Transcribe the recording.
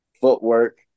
footwork